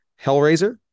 Hellraiser